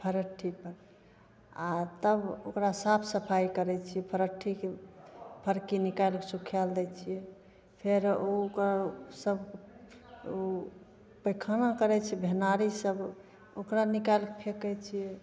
फरट्ठीपर आओर तब ओकरा साफ सफाइ करै छिए फरट्ठीके फरकी निकालिके सुखै लै दै छिए फेर ओसब ओ पैखाना करै छै भेनारी सब ओकरा निकालिके फेकै छिए